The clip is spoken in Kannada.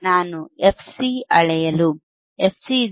ನಾನು ಎಫ್ಸಿ ಅಳೆಯಲು fC √ fL fH